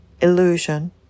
illusion